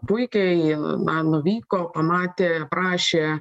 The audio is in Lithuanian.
puikiai ji na nuvyko pamatė aprašė